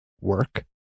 work